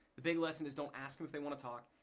the big lesson is don't ask them if they wanna talk.